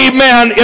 Amen